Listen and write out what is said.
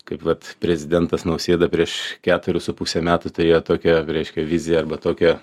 kaip vat prezidentas nausėda prieš ketverius su puse metų tai jo tokia reiškia vizija arba tokia